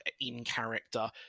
in-character